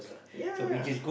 ya